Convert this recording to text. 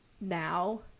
now